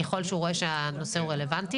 ככל שהוא רואה שהנושא הוא רלוונטי,